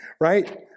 Right